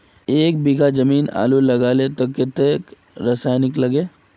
एक बीघा जमीन आलू लगाले तो कतेक रासायनिक लगे?